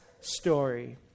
story